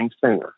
sooner